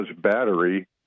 battery